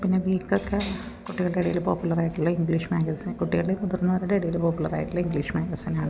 പിന്നെ വീക്ക് ഒക്കെ കുട്ടികളുടെ ഇടയിൽ പോപ്പുലർ ആയിട്ടുള്ള ഇംഗ്ലീഷ് മാഗസിൻ കുട്ടികളുടെയും മുതിർന്നവരുടെയും ഇടയിൽ പോപ്പുലർ ആയിട്ടുള്ള ഇംഗീഷ് മാഗസിനാണ്